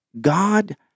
God